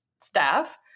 staff